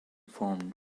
form